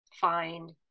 find